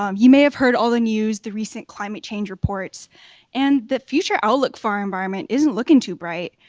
um you may have heard all the news, the recent climate change reports and the future outlook for our environment isn't looking too bright.